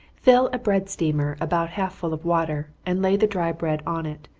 fill a bread steamer about half full of water, and lay the dry bread on it,